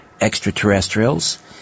extraterrestrials